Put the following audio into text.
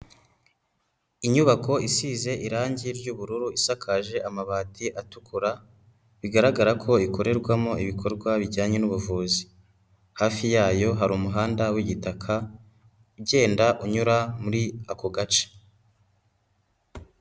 Inyubako isize irangi ry'ubururu, isakaje amabati atukura, bigaragara ko ikorerwamo ibikorwa bijyanye n'ubuvuzi. Hafi yayo hari umuhanda w'igitaka, ugenda unyura muri ako gace.